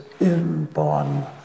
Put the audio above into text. inborn